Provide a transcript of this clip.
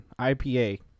IPA